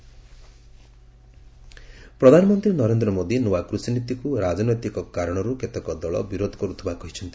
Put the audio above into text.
PM Kisan Nidhi ପ୍ରଧାନମନ୍ତ୍ରୀ ନରେନ୍ଦ୍ର ମୋଦି ନୂଆ କୃଷିନୀତିକୁ ରାଜନୈତିକ କାରଣରୁ କେତେକ ଦଳ ବିରୋଧ କରୁଥିବା କହିଛନ୍ତି